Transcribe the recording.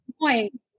point